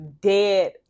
dead